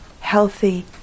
healthy